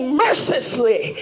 mercilessly